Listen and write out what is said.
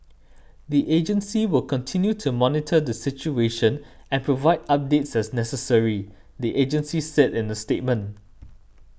the agency will continue to monitor the situation and provide updates as necessary the agency said in a statement